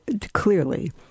clearly